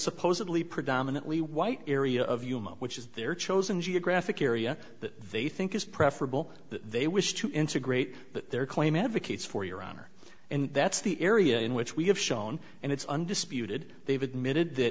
supposedly predominantly white area of yuma which is their chosen geographic area that they think is preferable that they wish to integrate but their claim advocates for your honor and that's the area in which we have shown and it's undisputed they've admitted that